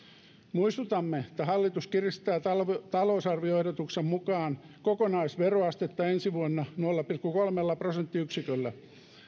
muistutamme että hallitus kiristää talousarvioehdotuksensa mukaan kokonaisveroastetta ensi vuonna nolla pilkku kolmella prosenttiyksiköllä